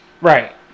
Right